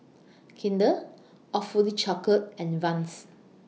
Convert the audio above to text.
Kinder Awfully Chocolate and Vans